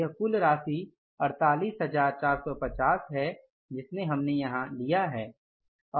यह कुल राशि 48450 है जिसे हमने यहां लिया है